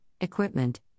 equipment